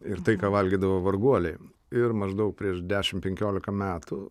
ir tai ką valgydavo varguoliai ir maždaug prieš dešimt penkiolika metų